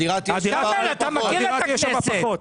כרמל, אתה מכיר את הכנסת.